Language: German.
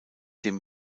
dem